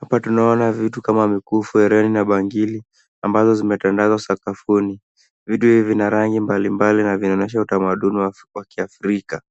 Hapa tunaona vitu kama mikufu, hereni na bangili ambazo zimetandazwa sakafuni. Vitu hivi vina rangi mbalimbali na vinaonyesha utamaduni wa kiafrika.